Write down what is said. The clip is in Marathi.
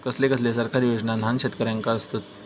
कसले कसले सरकारी योजना न्हान शेतकऱ्यांना आसत?